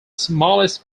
smallest